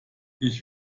ich